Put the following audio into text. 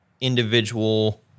individual